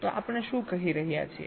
તો આપણે શું કહી રહ્યા છીએ